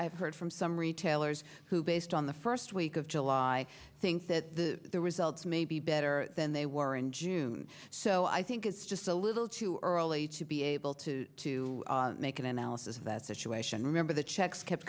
have heard from some retailers who based on the first week of july think that the results may be better than they were in june so i think it's just a little too early to be able to to make an analysis of that situation remember the checks kept